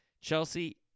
Chelsea